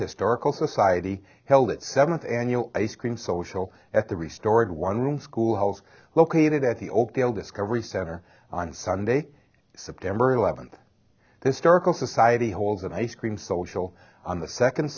historical society held its seventh annual ice cream social at the restored one room schoolhouse located at the oakdale discovery center on sunday september eleventh the starkest society holds an ice cream social on the second